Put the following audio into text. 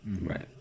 Right